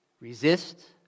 Resist